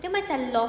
dia macam loft